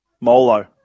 Molo